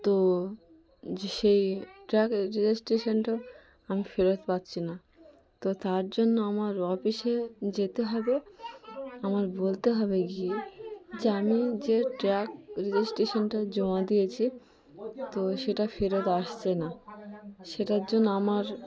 তো সেই ট্র্যাক রেজিস্ট্রেশনটা আমি ফেরত পাচ্ছি না তো তার জন্য আমার অফিসে যেতে হবে আমার বলতে হবে গিয়ে যে আমি যে ট্র্যাক রেজিস্ট্রেশানটা জমা দিয়েছি তো সেটা ফেরত আসছে না সেটার জন্য আমার